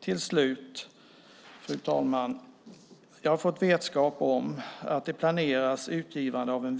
Fru talman! Jag har fått vetskap om att det planeras ett minnesseminarium och ett utgivande av en